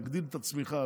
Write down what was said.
יגדיל את הצריכה.